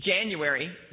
January